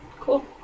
Cool